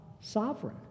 sovereign